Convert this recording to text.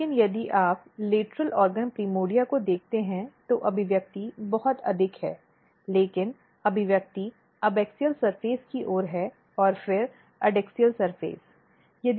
लेकिन यदि आप लेटरल अंग प्राइमोर्डिया को देखते हैं तो अभिव्यक्ति बहुत अधिक है लेकिन अभिव्यक्ति अबैसिक सतह की ओर है और फिर एडैक्सियल सतह